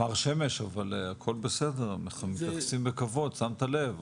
מר שמש הכל בסדר אנחנו מתייחסים בכבוד שמת לב,